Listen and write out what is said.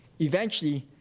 eventually,